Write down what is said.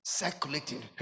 circulating